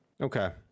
Okay